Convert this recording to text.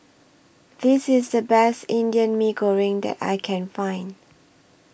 This IS The Best Indian Mee Goreng that I Can Find